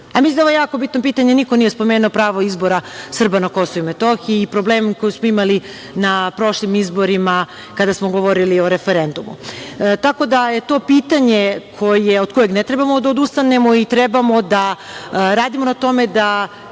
a mislim da je ovo jako bitno pitanje. Niko nije spomenuo pravo izbora Srba na Kosovu i Metohiji i problemi koje smo imali na prošlim izborima, kada smo govorili o referendumu. Tako da je to pitanje od kojeg ne treba da odustanemo i treba da radimo na tome da